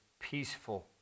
peaceful